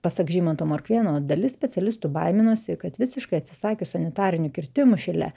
pasak žymanto morkvėno dalis specialistų baiminosi kad visiškai atsisakius sanitarinių kirtimų šile